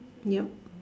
yup